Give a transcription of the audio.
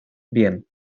bien